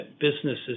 businesses